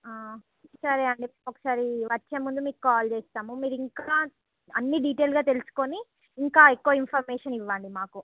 సరే అండి ఒకసారి వచ్చేముందు మీకు కాల్ చేస్తాము మీరు ఇంకా అన్ని డీటెయిల్గా తెలుసుకుని ఇంకా ఎక్కువ ఇన్ఫర్మేషన్ ఇవ్వండి మాకు